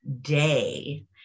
day